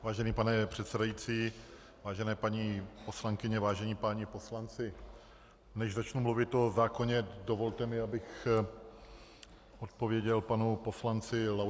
Vážený pane předsedající, vážené paní poslankyně, vážení páni poslanci, než začnu mluvit o zákoně, dovolte mi, abych odpověděl panu poslanci Laudátovi.